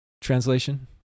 translation